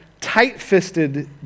tight-fisted